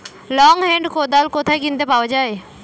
Long hand কোদাল কোথায় কিনতে পাওয়া যায়?